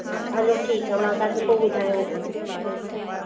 हा हलो ठीकु आहे मां तव्हांखे पोइ ॿुधायांव थी